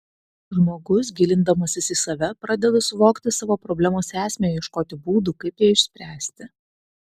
žmogus gilindamasis į save pradeda suvokti savo problemos esmę ieškoti būdų kaip ją išspręsti